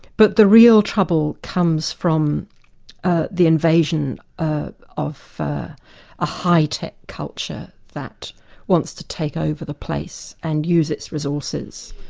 but the real trouble comes from ah the invasion of a high tech culture that wants to take over the place and use its resources,